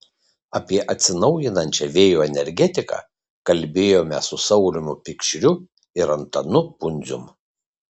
apie atsinaujinančią vėjo energetiką kalbėjome su saulium pikšriu ir antanu pundzium